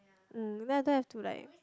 mm then don't have to like